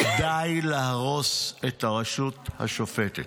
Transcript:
די להרוס את הרשות השופטת,